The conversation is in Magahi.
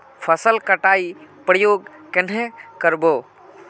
फसल कटाई प्रयोग कन्हे कर बो?